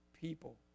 people